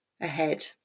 ahead